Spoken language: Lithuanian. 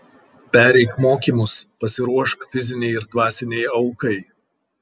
pereik mokymus pasiruošk fizinei ir dvasinei aukai